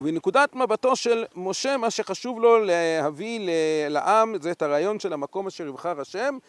מנקודת מבטו של משה מה שחשוב לו להביא לעם זה את הרעיון של המקום אשר יבחר השם.